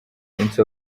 umunsi